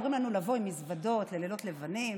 אומרים לנו לבוא עם מזוודות ללילות לבנים,